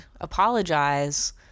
apologize